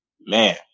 Man